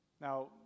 Now